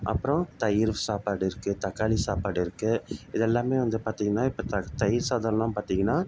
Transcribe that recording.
அப்புறம் தயிர் சாப்பாடு இருக்குது தக்காளி சாப்பாடு இருக்குது இதெல்லாமே வந்து பார்த்திங்கன்னா இப்போ த தயிர் சாதம்லாம் பார்த்திங்கன்னா